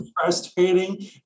frustrating